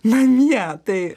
namie tai